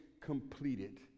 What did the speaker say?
completed